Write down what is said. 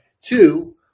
two